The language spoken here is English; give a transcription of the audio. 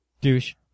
douche